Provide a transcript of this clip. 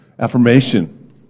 affirmation